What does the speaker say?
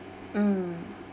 mm